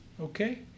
Okay